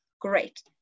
great